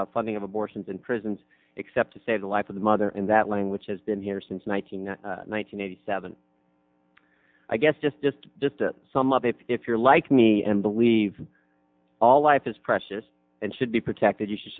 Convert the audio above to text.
funding of abortions in prisons except to save the life of the mother in that language has been here since one thousand nine hundred eighty seven i guess just just just some of it if you're like me and believe all life is precious and should be protected you should